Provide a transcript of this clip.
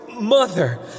Mother